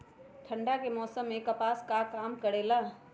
ठंडा के समय मे कपास का काम करेला?